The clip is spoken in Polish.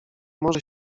może